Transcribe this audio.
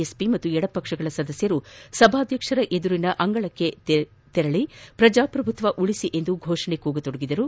SP ಹಾಗೂ ಎಡಪಕ್ಷಗಳ ಸದಸ್ಯರು ಸಭಾಧ್ಯಕ್ಷರ ಮುಂದಿನ ಅಂಗಳಕ್ಕೆ ತೆರಳಿ ಪ್ರಜಾಪ್ರಭುತ್ವ ಉಳಿಸಿ ಎಂದು ಘೋಷಣೆ ಕೂಗತೊಡಗಿದರು